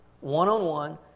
One-on-one